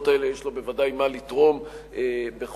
יש לו בוודאי מה לתרום בכל